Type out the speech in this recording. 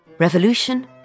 Revolution